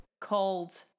called